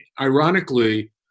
ironically